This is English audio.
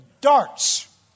darts